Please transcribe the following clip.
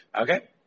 Okay